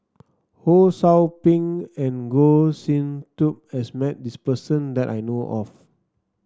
Ho Sou Ping and Goh Sin Tub has met this person that I know of